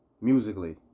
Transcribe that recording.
musically